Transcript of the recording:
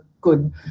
good